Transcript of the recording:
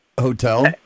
hotel